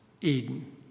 Eden